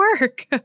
work